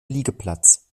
liegeplatz